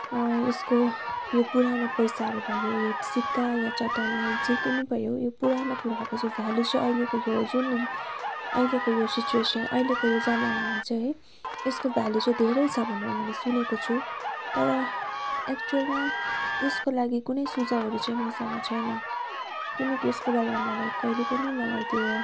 यसको यो पुरानो पैसाहरू भयो यो सिक्का वा चट्टानहरू जे पनि भयो यो पुरानो कुराहरूको चाहिँ भ्याल्यु चाहिँ अहिलेको यो जुन अहिलेको यो सिचुएसन अहिलेको यो जमानामा चाहिँ है यसको भ्याल्यु चाहिँ धेरै छ भनेर मैले सुनेको छु तर एक्चुअलमा यसको लागि कुनै सुझाउहरू चाहिँ मसँग छैन किनकि यसको बारेमा मलाई कहिले पनि मलाई त्यो